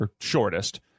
Shortest